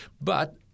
but-